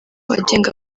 agenga